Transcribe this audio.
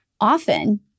often